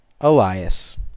Elias